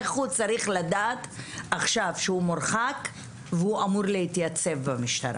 איך הוא צריך לדעת עכשיו שהוא מורחק והוא אמור להתייצב במשטרה?